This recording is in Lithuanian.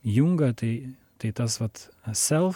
jungą tai tai tas vat self